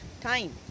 time